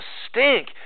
stink